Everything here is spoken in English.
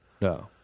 No